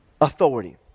authority